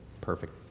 perfect